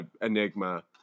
enigma